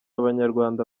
abanyarwanda